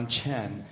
Chen